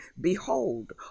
Behold